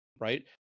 right